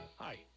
Hi